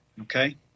okay